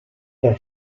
per